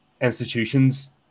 institutions